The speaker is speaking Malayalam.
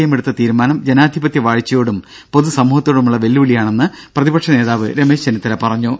എം എടുത്ത തീരുമാനം ജനാധിപത്യ വാഴ്ചയോടും പൊതു സമൂഹത്തോടുമുള്ള വെല്ലുവിളിയാണെന്ന് പ്രതിപക്ഷ നേതാവ് രമേശ് ചെന്നിത്തല പറഞ്ഞു